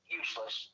useless